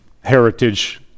heritage